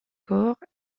corps